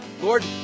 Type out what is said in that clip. Lord